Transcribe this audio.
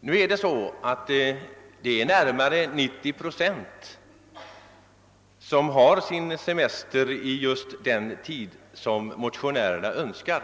Nu har närmare 90 procent sin semester förlagd till den tid som motionärerna föreslår.